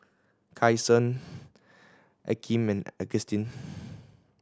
Kyson Akeem and Agustin